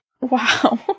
Wow